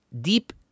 deep